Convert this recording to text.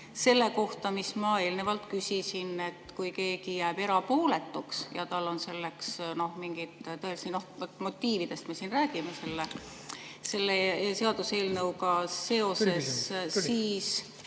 selle kohta, mis ma eelnevalt küsisin, et kui keegi jääb erapooletuks ja tal on selleks mingeid tõelisi ... Noh, motiividest me siin räägime selle seaduseelnõuga seoses.